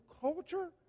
culture